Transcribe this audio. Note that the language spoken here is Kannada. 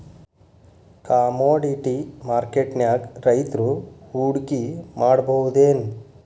ಕಾಮೊಡಿಟಿ ಮಾರ್ಕೆಟ್ನ್ಯಾಗ್ ರೈತ್ರು ಹೂಡ್ಕಿ ಮಾಡ್ಬಹುದೇನ್?